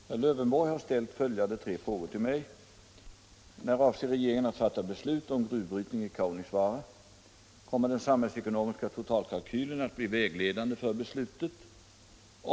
anförde: Herr talman! Herr Lövenborg har ställt följande tre frågor till mig: 1. När avser regeringen att fatta beslut om gruvbrytning i Kaunisvaara? 2. Kommer den samhällsekonomiska totalkalkylen att bli vägledande för beslutet? 3.